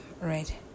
right